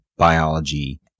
Biology